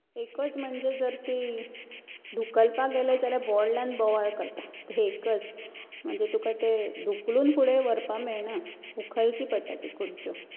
एकच म्हणजें जर ती धुकलपाक गेले जाल्यार व्हडल्यान बोवाळ करता हें एकच म्हणजें तुका तें धुकलून फुडें व्हरपाक मेळना उखलची पडटा त्यो कुर्च्यो